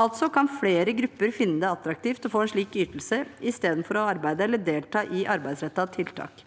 Altså kan flere grupper finne det attraktivt å få en slik ytelse istedenfor å arbeide eller delta i arbeidsrettede tiltak.